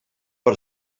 per